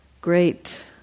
great